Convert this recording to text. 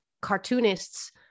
cartoonists